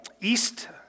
east